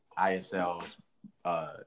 ISL's